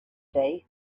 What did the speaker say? day